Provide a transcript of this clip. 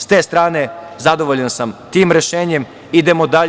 S te strane zadovoljan sam tim rešenjem, idemo dalje.